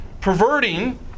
perverting